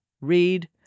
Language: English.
read